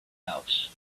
house